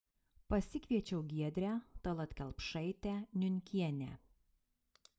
pasikviečiau giedrę tallat kelpšaitę niunkienę